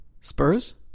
Spurs